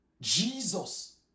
Jesus